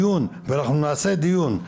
הייתרון הגדול של הוותמ"ל,